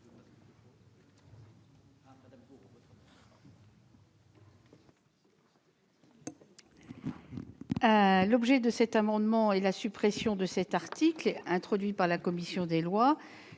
L'objet de cet amendement est de supprimer l'article 15 introduit par la commission des lois